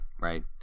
right